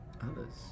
Others